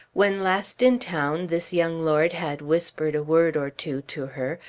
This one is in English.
when last in town this young lord had whispered a word or two to her,